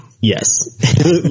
Yes